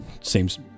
seems